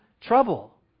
trouble